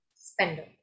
Spender